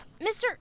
Mr